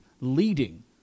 leading